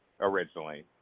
originally